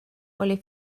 oli